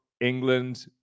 England